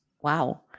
wow